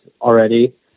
already